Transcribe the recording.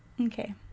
okay